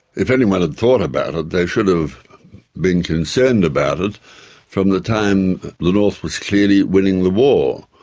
if anyone had thought about it, they should have been concerned about it from the time the north was clearly winning the war,